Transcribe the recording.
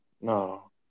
no